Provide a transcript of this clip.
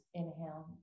inhale